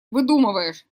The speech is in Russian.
выдумываешь